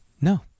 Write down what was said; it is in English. No